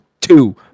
two